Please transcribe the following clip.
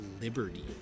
Liberty